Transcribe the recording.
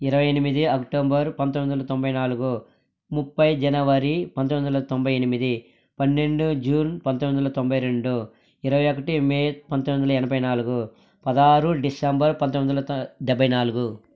ఇరవై ఎనిమిది అక్టోబర్ పంతొమ్మిది వందల తొంభై నాలుగు ముప్పై జనవరి పంతొమ్మిది వందల తొంభై ఎనిమిది పన్నెండు జూన్ పంతొమ్మిది వందల తొంభై రెండు ఇరవై ఒకటి మే పంతొమ్మిది వందల ఎనభై నాలుగు పదహారు డిసెంబర్ పంతొమ్మిది వందల తొ డెబ్భై నాలుగు